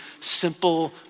simple